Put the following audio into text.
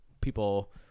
people